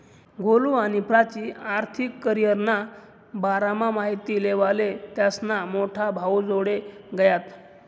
गोलु आणि प्राची आर्थिक करीयरना बारामा माहिती लेवाले त्यास्ना मोठा भाऊजोडे गयात